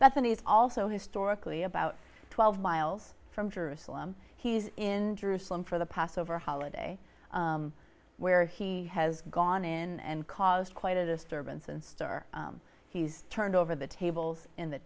that's and he's also historically about twelve miles from jerusalem he's in jerusalem for the passover holiday where he has gone in and caused quite a disturbance and star he's turned over the tables in the